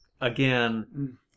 Again